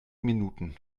minuten